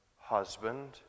husband